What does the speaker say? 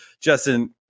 Justin